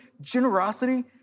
generosity